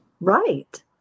Right